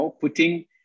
putting